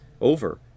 over